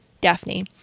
Daphne